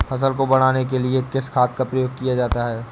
फसल को बढ़ाने के लिए किस खाद का प्रयोग किया जाता है?